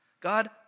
God